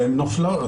והן נופלות,